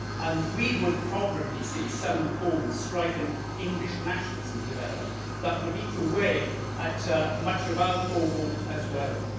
and we would probably see some form of strident english nationalism develop that would eat away at much of our core vote as well.